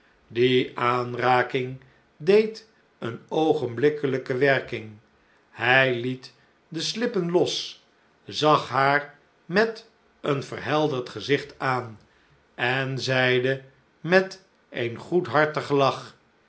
die aanraking deed eene oogenblikkelijke werking hij liet de slippen los zag haar met een verhelderd gezicht aan en zeide met een goedhartigen lach